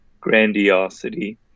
grandiosity